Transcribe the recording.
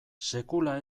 sekula